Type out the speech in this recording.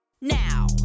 now